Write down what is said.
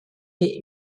est